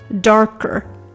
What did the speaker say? darker